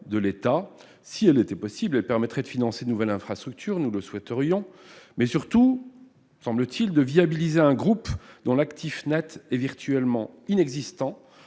de l'État. Si elle pouvait l'être, cela permettrait de financer de nouvelles infrastructures, comme nous le souhaiterions, et surtout de viabiliser un groupe dont l'actif net est virtuellement inexistant